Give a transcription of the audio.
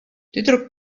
tüdruk